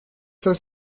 cinq